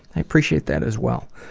i appreciate that as well.